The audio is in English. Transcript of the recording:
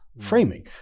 framing